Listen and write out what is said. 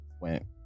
went